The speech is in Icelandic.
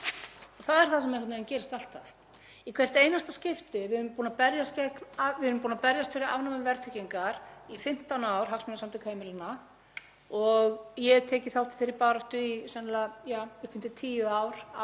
ég hef tekið þátt í þeirri baráttu í upp undir tíu ár af þessum 15. Og í hvert einasta skipti sem rætt er um afnám verðtryggingar hefst umræðan um krónuna.